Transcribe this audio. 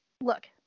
look